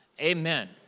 amen